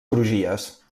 crugies